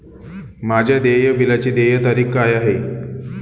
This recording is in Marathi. माझ्या देय बिलाची देय तारीख काय आहे?